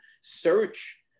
search